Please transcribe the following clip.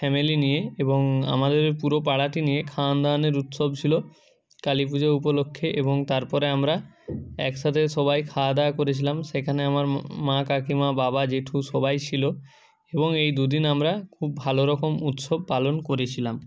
family নিয়ে এবং আমাদের পুরো পাড়াকে নিয়ে খাওয়ান দাওয়ানের উৎসব ছিলো কালী পুজো উপলক্ষে এবং তারপরে আমরা একসাথে সবাই খাওয়া দাওয়া করেছিলাম সেখানে আমার মা কাকিমা বাবা জেঠু সবাই ছিলো এবং এই দুদিন আমরা খুব ভালোরকম উৎসব পালন করেছিলাম